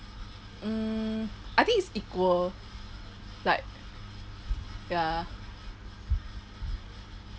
mm I think is equal like ya